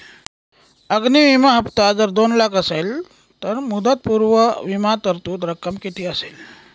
अग्नि विमा हफ्ता जर दोन लाख असेल तर मुदतपूर्व विमा तरतूद रक्कम किती असेल?